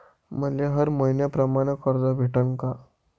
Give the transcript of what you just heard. मले हर मईन्याप्रमाणं कर्ज भेटन का?